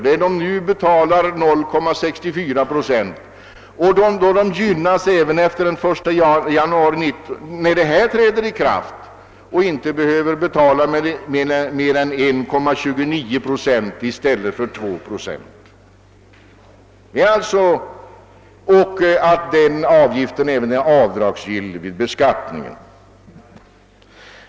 Redarna betalar nu en avgift på 0,64 procent på dessa löner och kommer även att gynnas när den nu föreslagna höjningen träder i kraft. De kommer inte att behöva betala mer än 1,29 procent i stället för 2 procent. Denna avgift är även avdragsgill vid beskattningen.